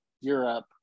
Europe